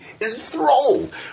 enthralled